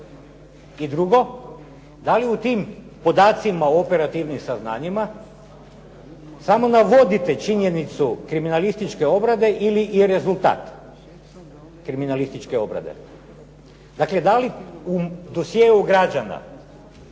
I drugo, da li u tim podacima o operativnim saznanjima samo navodite činjenicu kriminalističke obrade ili i rezultat kriminalističke obrade? Dakle da li u dosjeu građana